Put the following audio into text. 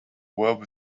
war